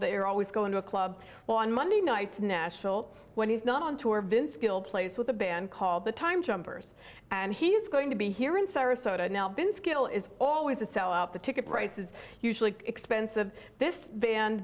they're always going to a club well on monday nights nashville when he's not on tour vince gill plays with a band called the time jumpers and he's going to be here in sarasota now been skill is always a sellout the ticket prices usually expensive this ban